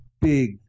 big